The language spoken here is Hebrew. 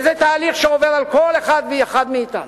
וזה תהליך שעובר על כל אחד ואחד מאתנו,